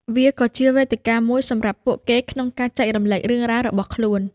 វាក៏ជាវេទិកាមួយសម្រាប់ពួកគេក្នុងការចែករំលែករឿងរ៉ាវរបស់ខ្លួន។